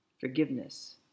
forgiveness